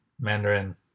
Mandarin